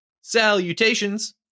Salutations